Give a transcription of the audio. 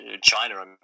China